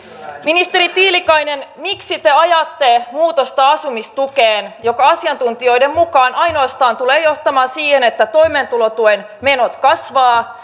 ministeri tiilikainen miksi te ajatte asumistukeen muutosta joka asiantuntijoiden mukaan ainoastaan tulee johtamaan siihen että toimeentulotuen menot kasvavat